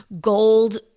gold